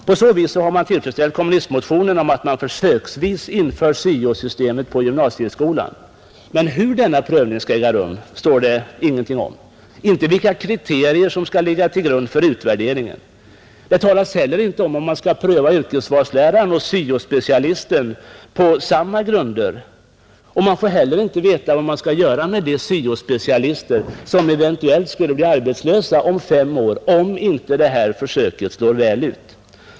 På så vis har kommunistkravet om försöksvis införande av syo-systemet på gymnasieskolan kunnat tillfredsställas, Hur prövningen skall äga rum framgår inte, och inte vilka kriterier som skall ligga till grund för utvärderingen. Det talas heller inte om huruvida prövningen mellan syo-specialist och yrkesvalslärare skall ske på lika grunder, och man får heller inte veta vad man skall göra med de syo-specialister som eventuellt skulle bli arbetslösa om fem år om inte försöket slår väl ut.